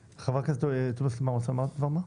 חברת הכנסת עאידה תומא סלימאן, רוצה לומר דבר מה?